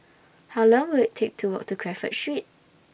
How Long Will IT Take to Walk to Crawford Street